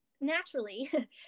naturally